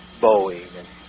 Boeing